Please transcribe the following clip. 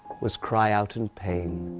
was cry out in pain.